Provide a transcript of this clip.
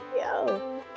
Yo